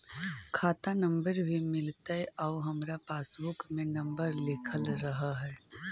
खाता नंबर भी मिलतै आउ हमरा पासबुक में नंबर लिखल रह है?